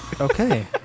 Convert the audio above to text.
Okay